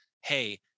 Hey